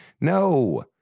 no